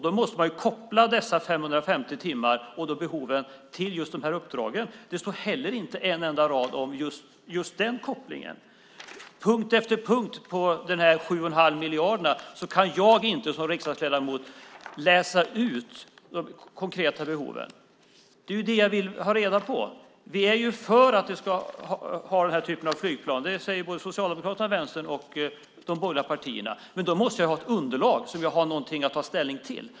Då måste man koppla dessa 550 timmar och behoven till just de internationella uppdragen. Det finns inte en enda rad om just den kopplingen. När det gäller de 7 1⁄2 miljarderna kan inte jag som riksdagsledamot läsa ut de konkreta behoven. Det är dessa jag vill ha reda på. Vi är ju för att vi ska ha den här typen av flygplan - vi, Socialdemokraterna, Vänstern och de borgerliga partierna - men då måste vi ha ett underlag så att vi har något att ta ställning till.